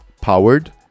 powered